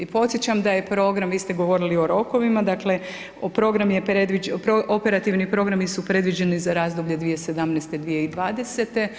Podsjećam da je program, vi ste govorili o rokovima, dakle, program je previđen, operativni programi su predviđeni za razdoblje 2017.-2020.